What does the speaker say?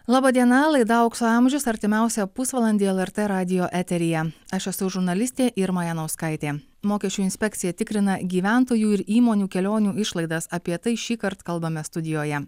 laba diena laida aukso amžius artimiausią pusvalandį lrt radijo eteryje aš esu žurnalistė irma janauskaitė mokesčių inspekcija tikrina gyventojų ir įmonių kelionių išlaidas apie tai šįkart kalbame studijoje